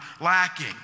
lacking